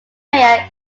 mayor